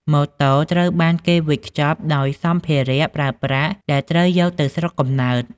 ម៉ូតូត្រូវបានគេវេចខ្ចប់ដោយាសម្ភារៈប្រើប្រាស់ដែលត្រូវយកទៅស្រុកកំណើត។